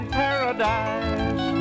paradise